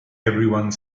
everyone